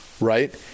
Right